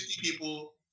people